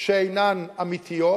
שאינן אמיתיות,